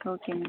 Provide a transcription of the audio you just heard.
ஓகேம்மா